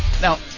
Now